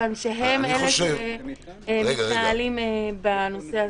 כיוון שהם אלה שמתנהלים בנושא הזה.